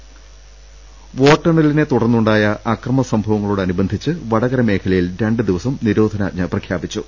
രദ്ദേഷ്ടങ വോട്ടെണ്ണലിനെ തുടർന്നുണ്ടായ അക്രമസംഭവങ്ങളോടനുബന്ധിച്ച് വ ടകര മേഖലയിൽ രണ്ടുദിവസം നിരോധനാജ്ഞ പ്രഖ്യാപിച്ചു